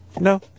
No